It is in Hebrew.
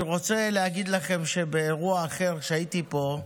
אני רוצה להגיד לכם שבאירוע אחר שהייתי בו,